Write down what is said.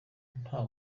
nta